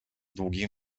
długim